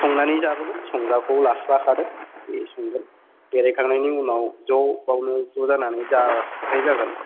संनानै जाबोगोन संग्राखौ लाखादों बे संगोन बेरायखांनायनि उनाव ज' बेयावनो ज' जानानै जानाय जागोन